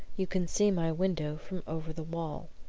you can see my window from over the wall.